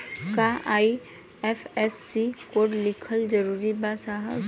का IFSC code लिखल जरूरी बा साहब?